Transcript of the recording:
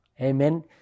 Amen